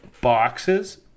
boxes